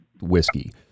whiskey